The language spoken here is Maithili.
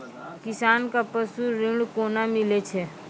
किसान कऽ पसु ऋण कोना मिलै छै?